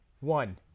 One